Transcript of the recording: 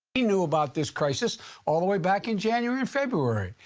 he knew about this crisis all the way back in january and february.